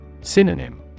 Synonym